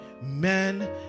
amen